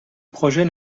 projet